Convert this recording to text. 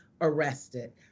arrested